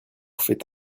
faites